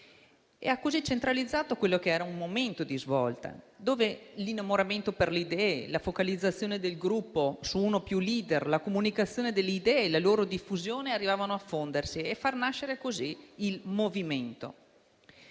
Ha così centralizzato quello che era un momento di svolta, dove l'innamoramento per le idee, la focalizzazione del gruppo su uno o più *leader*, la comunicazione delle idee e la loro diffusione arrivavano a fondersi e a far nascere così il movimento.